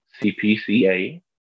CPCA